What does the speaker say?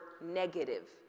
negative